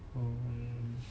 mm